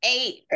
eight